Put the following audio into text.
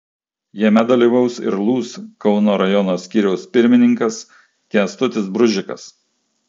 jame dalyvaus ir lūs kauno rajono skyriaus pirmininkas kęstutis bružikas